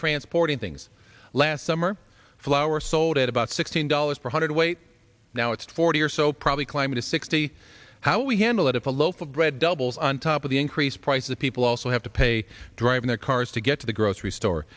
transporting things last summer flour sold at about sixteen dollars per hundred weight now it's forty or so probably climate is sixty how we handle it if a loaf of bread doubles on top of the increased price that people also have to pay driving their cars to get to the grocery store